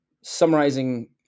summarizing